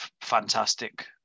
fantastic